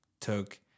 took